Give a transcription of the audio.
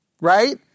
right